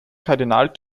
kardinal